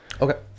okay